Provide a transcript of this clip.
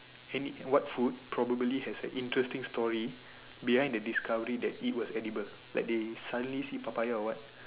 any what food probably has an interesting story behind the discovery that it was edible like they suddenly see Papaya or what